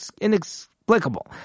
inexplicable